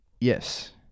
Yes